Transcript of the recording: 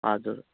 हजुर